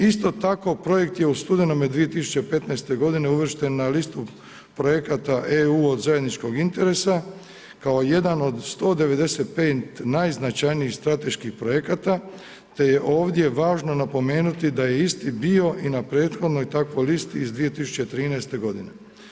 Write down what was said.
Isto tako projekt je u studenome 2015. godine uvršten na listu projekata EU od zajedničkog interesa kao jedan od 195 najznačajnijih strateških projekata te je ovdje važno napomenuti da je isti bio i na prethodnoj takvoj listi iz 2013. godine.